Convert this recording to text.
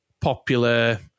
popular